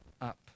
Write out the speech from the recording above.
up